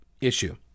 issue